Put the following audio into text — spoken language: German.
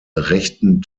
rechten